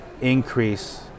increase